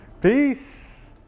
Peace